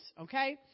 okay